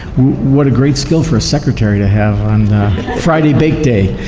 what a great skill for a secretary to have on friday bake day.